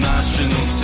National